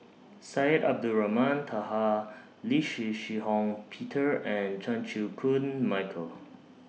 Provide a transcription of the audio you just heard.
Syed Abdulrahman Taha Lee Shih Shiong Peter and Chan Chew Koon Michael